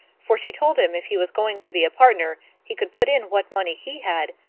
for she told him if he was going to be a partner he could put in what money he had,